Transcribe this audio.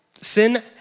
Sin